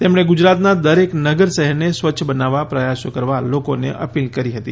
તેમણે ગુજરાતનાં દરેક નગર શહેરને સ્વચ્છ બનાવવા પ્રયાસો કરવા લોકોને અપીલ કરી હતી